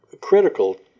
critical